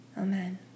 Amen